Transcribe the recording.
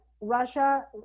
Russia